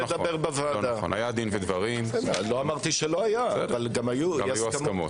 היה דין ודברים, היו הסכמות.